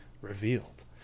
revealed